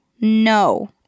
No